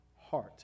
heart